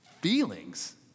Feelings